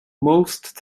most